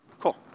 Cool